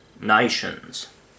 nations